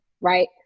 right